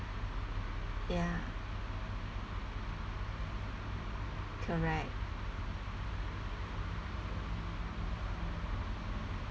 ya correct